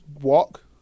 walk